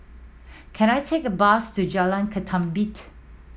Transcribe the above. can I take a bus to Jalan Ketumbit